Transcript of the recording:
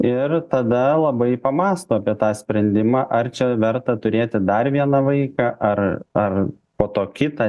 ir tada labai pamąsto apie tą sprendimą ar čia verta turėti dar vieną vaiką ar ar po to kitą